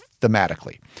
thematically